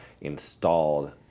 installed